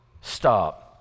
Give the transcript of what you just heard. stop